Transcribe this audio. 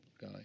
guy